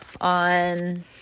on